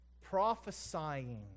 Prophesying